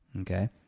okay